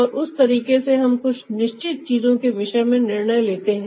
और उस तरीके से हम कुछ निश्चित चीजों के विषय में निर्णय लेते हैं